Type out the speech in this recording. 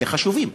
הם חשובים,